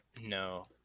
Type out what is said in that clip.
No